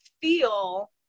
feel